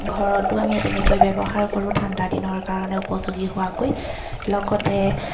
ঘৰতো আমি তেনেকৈ ব্যৱহাৰ কৰোঁ ঠাণ্ডাদিনৰ কাৰণে উপযোগী হোৱাকৈ লগতে